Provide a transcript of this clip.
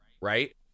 Right